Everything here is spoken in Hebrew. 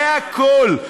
זה הכול.